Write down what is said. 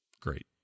great